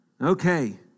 Okay